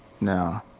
No